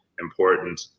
important